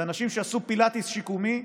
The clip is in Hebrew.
אלה אנשים שעשו פילאטיס שיקומי,